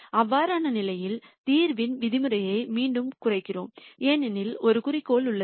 அவ்வாறான நிலையில் தீர்வின் விதிமுறையை மீண்டும் குறைக்கிறோம் ஏனெனில் ஒரு குறிக்கோள் உள்ளது